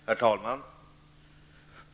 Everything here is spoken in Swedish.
Herr talman!